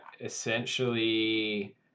essentially